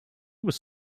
was